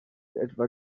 etwa